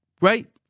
Right